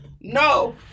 No